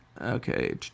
okay